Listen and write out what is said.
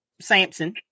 Samson